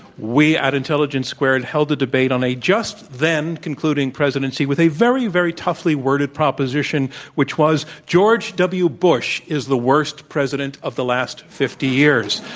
we at intelligence squared held a debate on a just then concluding presidency with a very, very toughly worded proposition which was, george w. bush is the worst president of the last fifty years.